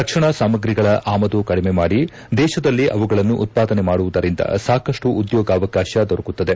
ರಕ್ಷಣಾ ಸಾಮ್ರಿಗಳ ಆಮದು ಕಡಿಮೆ ಮಾಡಿ ದೇಶದಲ್ಲೇ ಅವುಗಳನ್ನು ಉತ್ಪಾದನೆ ಮಾಡುವುದರಿಂದ ಸಾಕಷ್ಟು ಉದ್ಯೋಗಾವಕಾಶ ದೊರಕುತ್ತದೆ